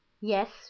yes